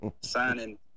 signing